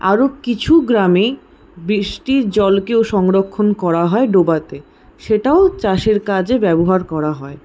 আরও কিছু গ্রামে বৃষ্টির জলকেও সংরক্ষণ করা হয় ডোবাতে সেটাও চাষের কাজে ব্যবহার করা হয়